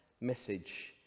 message